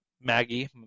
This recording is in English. Maggie